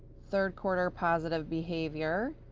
third quarter positive behavior,